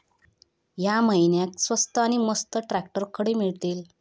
या महिन्याक स्वस्त नी मस्त ट्रॅक्टर खडे मिळतीत?